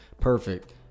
Perfect